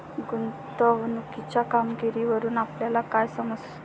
गुंतवणुकीच्या कामगिरीवरून आपल्याला काय समजते?